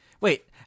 Wait